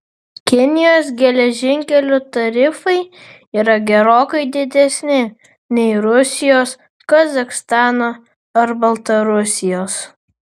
kinijos geležinkelių tarifai yra gerokai didesni nei rusijos kazachstano ar baltarusijos